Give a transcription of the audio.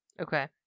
Okay